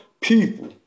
people